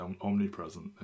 omnipresent